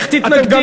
איך תתנגדי?